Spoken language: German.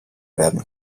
werden